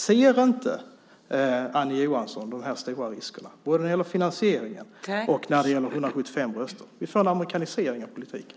Ser inte Annie Johansson de stora riskerna, både när det gäller finansieringen och 175 röster? Vi får en amerikanisering av politiken.